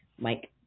Mike